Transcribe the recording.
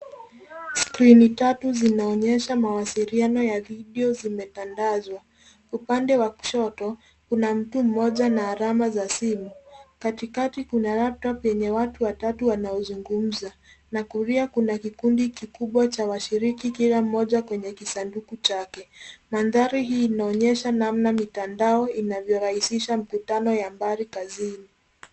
Skrini tatu zinaonyesha mawasiliano ya video zimetandazwa. Upande wa kushoto kuna mtu mmoja na alama za simu. Katikati kuna laptop yenye watu watatu wanaozungumza, na kulia kuna kikundi kikubwa cha washiriki kila mmoja kwenye kisanduku chake. Mandhari hii inaonyesha namna mitandao inavyorahihisha mkutano wa mbali kazini.